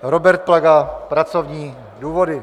Robert Plaga pracovní důvody.